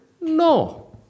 No